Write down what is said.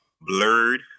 blurred